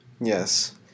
Yes